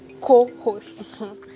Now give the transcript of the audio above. co-host